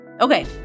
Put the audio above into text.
okay